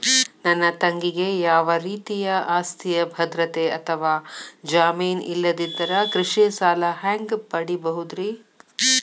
ನನ್ನ ತಂಗಿಗೆ ಯಾವ ರೇತಿಯ ಆಸ್ತಿಯ ಭದ್ರತೆ ಅಥವಾ ಜಾಮೇನ್ ಇಲ್ಲದಿದ್ದರ ಕೃಷಿ ಸಾಲಾ ಹ್ಯಾಂಗ್ ಪಡಿಬಹುದ್ರಿ?